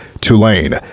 Tulane